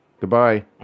Goodbye